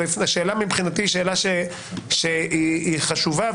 השאלה, מבחינתי, היא חשובה.